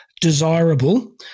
desirable